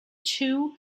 two